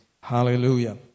Hallelujah